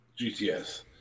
GTS